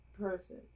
person